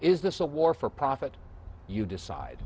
is this a war for profit you decide